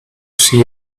see